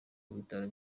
bitaro